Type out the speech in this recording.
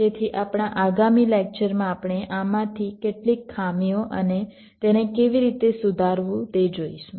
તેથી આપણા આગામી લેકચરમાં આપણે આમાંથી કેટલીક ખામીઓ અને તેને કેવી રીતે સુધારવું તે જોઈશું